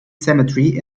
cemetery